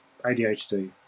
ADHD